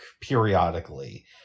periodically